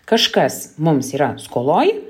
kažkas mums yra skoloj